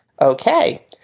Okay